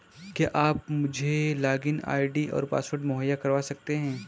क्या आप मुझे लॉगिन आई.डी और पासवर्ड मुहैय्या करवा सकते हैं?